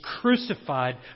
crucified